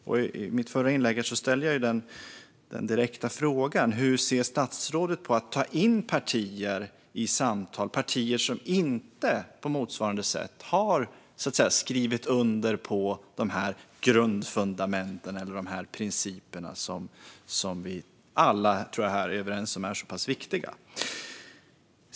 I mitt förra inlägg ställde jag den direkta frågan hur statsrådet ser på att ta in partier i samtal när dessa partier inte på motsvarande sätt har skrivit under på de grundfundament eller principer som vi alla här, tror jag, är överens om är viktiga.